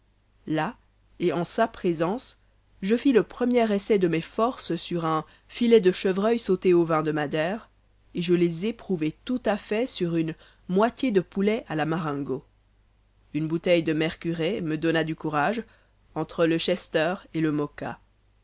là et en sa présence je fis le premier essai de mes forces sur un filet de chevreuil sauté au vin de madère et je les éprouvai tout-à-fait sur une moitié de poulet à la marengo une bouteille de mercuray me donna du courage entre le chester et le moka